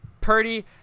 Purdy